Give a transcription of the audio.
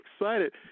excited